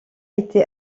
été